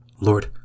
Lord